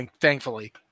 thankfully